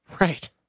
Right